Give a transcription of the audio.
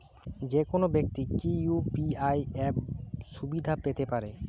যেকোনো ব্যাক্তি কি ইউ.পি.আই অ্যাপ সুবিধা পেতে পারে?